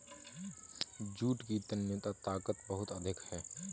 jute की तन्यता ताकत बहुत अधिक है